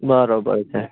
બરાબર છે